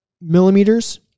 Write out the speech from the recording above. millimeters